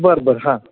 बरं बरं हां